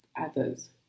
others